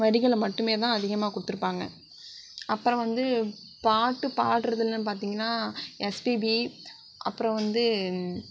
வரிகள் மட்டும் தான் அதிகமாக கொடுத்துருப்பாங்க அப்பறம் வந்து பாட்டு பாடுறதலனு பார்த்தீங்கனா எஸ்பிபி அப்புறம் வந்து